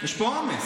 יש פה עומס.